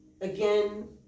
Again